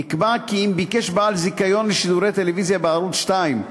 נקבע כי אם ביקש בעל זיכיון לשידורי טלוויזיה בערוץ 2,